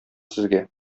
сезгә